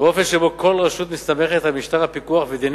באופן שבו כל רשות מסתמכת על משטר הפיקוח ודיני